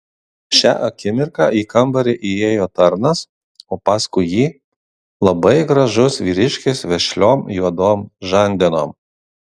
šią akimirką į kambarį įėjo tarnas o paskui jį labai gražus vyriškis vešliom juodom žandenom